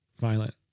violent